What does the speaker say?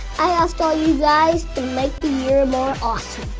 i asked all you guys to make the year more awesome!